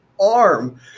arm